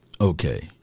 Okay